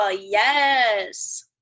Yes